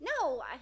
No